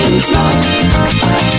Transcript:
Smoke